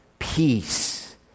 peace